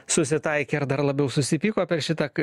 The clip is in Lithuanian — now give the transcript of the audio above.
susitaikė ar dar labiau susipyko per šitą